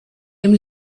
dem